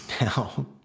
now